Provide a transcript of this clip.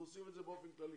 רוצים את זה באופן כללי.